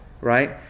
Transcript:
right